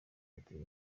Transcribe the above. buteye